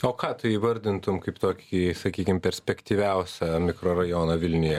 o ką tu įvardintum kaip tokį sakykim perspektyviausią mikrorajoną vilniuje